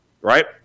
Right